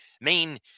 main